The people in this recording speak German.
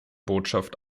botschaft